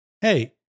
Hey